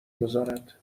گذارد